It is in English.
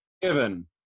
given